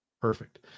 Perfect